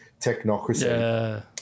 technocracy